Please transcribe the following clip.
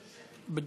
יחכי.